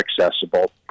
accessible